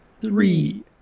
three